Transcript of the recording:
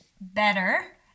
better